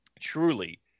truly